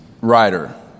writer